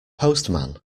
postman